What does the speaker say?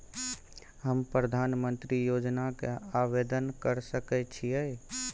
हम प्रधानमंत्री योजना के आवेदन कर सके छीये?